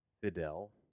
Fidel